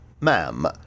Ma'am